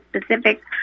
specific